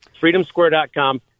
freedomsquare.com